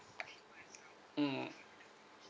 mm